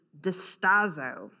distazo